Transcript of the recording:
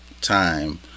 time